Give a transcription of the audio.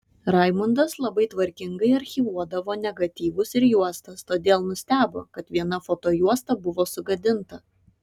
raimundas labai tvarkingai archyvuodavo negatyvus ir juostas todėl nustebo kad viena fotojuosta buvo sugadinta